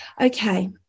okay